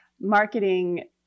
marketing